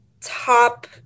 top